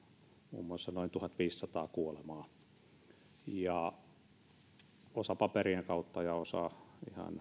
muun muassa noin tuhatviisisataa kuolemaa osa paperien kautta ja osa ihan